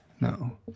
No